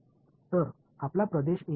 எனவே எங்கள் பகுதி 1